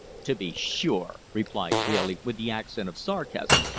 to be sure, replied daly with the accent of sarcasm.